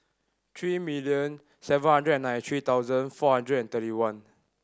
three million seven hundred and nine three thousand four hundred and thirty one